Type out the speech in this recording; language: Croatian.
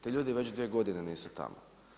Ti ljudi već 2 godine nisu tamo.